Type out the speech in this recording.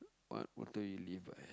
what motto you live by